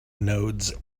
nodes